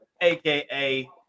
aka